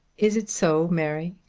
is it so, mary?